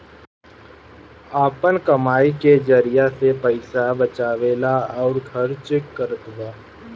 आपन कमाई के जरिआ से पईसा बचावेला अउर खर्चा करतबा